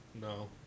No